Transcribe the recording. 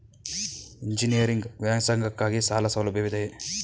Engineering ವ್ಯಾಸಂಗಕ್ಕಾಗಿ ಸಾಲ ಸೌಲಭ್ಯವಿದೆಯೇ?